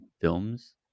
films